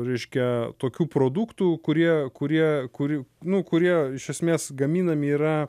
reiškia tokių produktų kurie kurie kurių nu kurie iš esmės gaminami yra